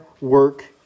work